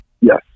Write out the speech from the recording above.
Yes